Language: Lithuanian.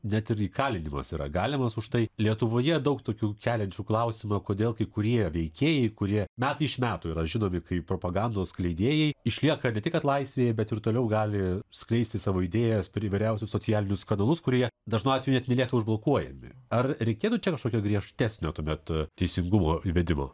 net ir įkalinimas yra galimas už tai lietuvoje daug tokių keliančių klausimą kodėl kai kurie veikėjai kurie metai iš metų yra žinomi kaip propagandos skleidėjai išlieka ne tik kad laisvėj bet ir toliau gali skleisti savo idėjas per įvairiausius socialinius kanalus kurie dažnu atveju net nelieka užblokuojami ar reikėtų čia kažkokio griežtesnio tuomet teisingumo įvedimo